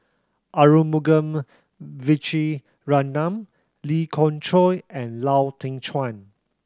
Arumugam Vijiaratnam Lee Khoon Choy and Lau Teng Chuan